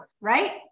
right